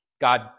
God